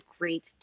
great